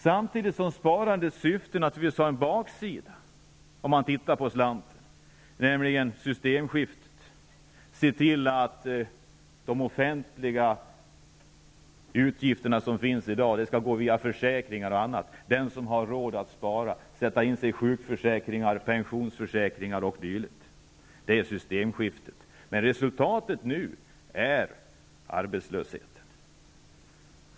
Samtidigt har sparandet naturligtvis en baksida, om man vänder på slanten, och det är detta systemskifte, dvs. att dagens offentliga utgifter skall gå via försäkringar och annat för den som har råd att spara genom sjukförsäkringar, pensionsförsäkringar o.d. Detta är ett systemskifte, men resultatet blir arbetslöshet.